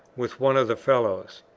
with one of the fellows.